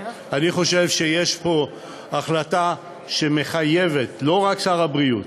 אני חושב שיש פה החלטה שמחייבת לא רק את שר הבריאות,